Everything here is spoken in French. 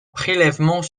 prélèvement